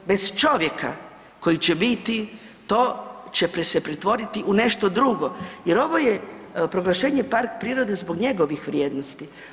Bez čovjeka koji će biti to će se pretvoriti u nešto drugo jer ovo je, proglašenje park prirode zbog njegovih vrijednosti.